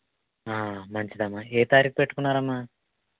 మంచిదమ్మా ఏ తారీఖు పెట్టుకున్నారమ్మా